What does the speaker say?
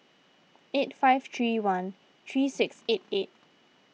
eight five three one three six eight eight